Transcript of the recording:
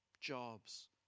jobs